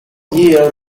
year